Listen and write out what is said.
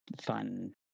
fun